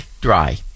dry